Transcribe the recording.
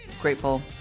grateful